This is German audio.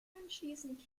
anschließend